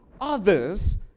others